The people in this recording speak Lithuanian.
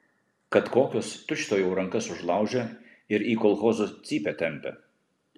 kad kokios tučtuojau rankas užlaužia ir į kolchozo cypę tempia